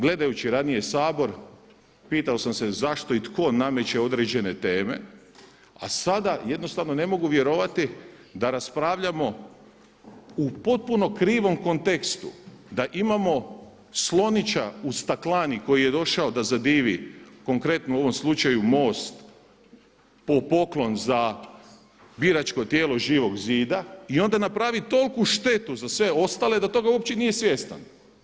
Gledajući ranije Sabor pitao sam se zašto i tko nameće određene teme, a sada jednostavno ne mogu vjerovati da raspravljamo u potpuno krivom kontekstu, da imamo slonića u staklani koji je došao da zadivi konkretno u ovom slučaju MOST po poklon za biračko tijelo Živog zida i onda napravi toliku štetu za sve ostale da toga uopće nije svjestan.